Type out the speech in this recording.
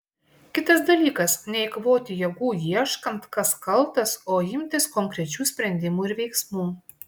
kitas dalykas neeikvoti jėgų ieškant kas kaltas o imtis konkrečių sprendimų ir veiksmų